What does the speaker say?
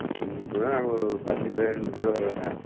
எங்கள் கூட நாங்க ஒரு பத்து பேர் எங்கள் கூட வர்கிறாங்க